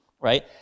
right